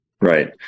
right